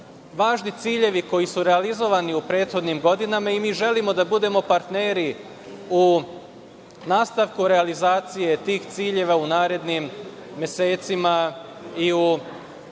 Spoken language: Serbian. važni ciljevi, koji su realizovani u prethodnim godinama i mi želim da budemo partneri u nastavku realizacije tih ciljeva u narednim mesecima i u